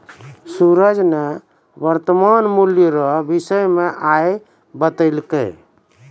सूरज ने वर्तमान मूल्य रो विषय मे आइ बतैलकै